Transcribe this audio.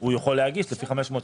הוא יכול להגיש לפי 500 שקלים.